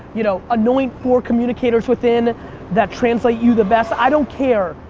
you know anoint four communicators within that translate you the best. i don't care,